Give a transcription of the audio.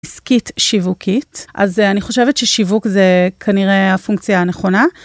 עסקית שיווקית, אז אני חושבת ששיווק זה כנראה הפונקציה הנכונה.